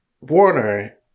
Warner